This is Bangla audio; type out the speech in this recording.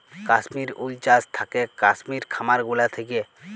কাশ্মির উল চাস থাকেক কাশ্মির খামার গুলা থাক্যে